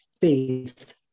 faith